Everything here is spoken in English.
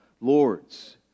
lords